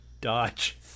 dodge